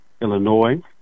Illinois